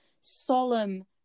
solemn